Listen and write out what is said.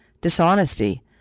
dishonesty